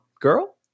girl